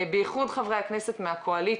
בייחוד חברי הכנסת מהקואליציה,